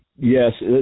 Yes